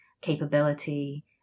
capability